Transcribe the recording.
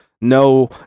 no